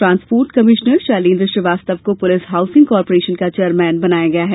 transport commissioner Shailendra Srivastava को police housing corporation का chairman बनाया गया है